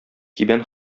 кибән